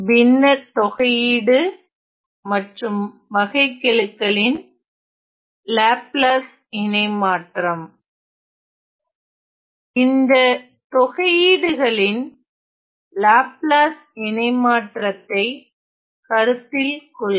பின்ன தொகையீடுவகைக்கெழுகளின் லாப்லாஸ் இணைமாற்றம் இந்த தொகையீடுகளின் லாப்லாஸ் இணைமாற்றத்தை கருத்தில் கொள்க